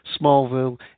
Smallville